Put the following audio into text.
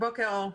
בוקר אור.